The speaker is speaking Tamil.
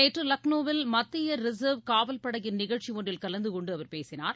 நேற்று லக்னோவில் மத்திய ரிசர்வ் காவல்படையின் நிகழ்ச்சி ஒன்றில் கலந்து கொண்டு அவர் பேசினார்